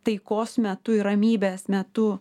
taikos metu ir ramybės metu